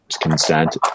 consent